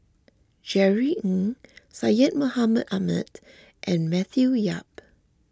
Jerry Ng Syed Mohamed Ahmed and Matthew Yap